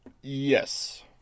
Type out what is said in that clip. Yes